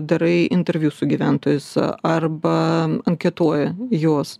darai interviu su gyventojais arba anketuoji juos